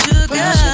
sugar